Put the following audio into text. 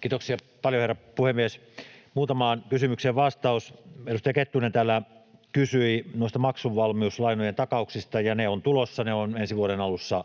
Kiitoksia paljon, herra puhemies! Muutamaan kysymykseen vastaus. Edustaja Kettunen täällä kysyi noista maksuvalmiuslainojen takauksista, ja ne ovat tulossa. Ne ovat ensi vuoden alussa